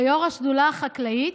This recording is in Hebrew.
כיו"ר השדולה החקלאית,